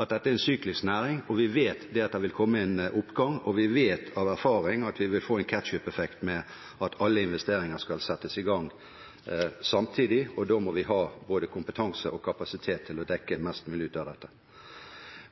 at dette er en syklisk næring, vi vet at det vil komme en oppgang, vi vet av erfaring at vi vil få en ketchupeffekt med at alle investeringer skal settes i gang samtidig, og da må vi ha både kompetanse og kapasitet til å dekke mest mulig av dette.